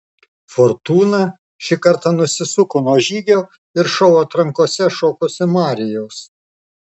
fortūna šį kartą nusisuko nuo žygio ir šou atrankose šokusio marijaus